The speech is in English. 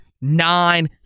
nine